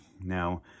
Now